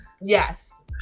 Yes